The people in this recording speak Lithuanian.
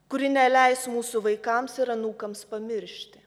kuri neleis mūsų vaikams ir anūkams pamiršti